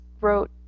wrote